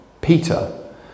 Peter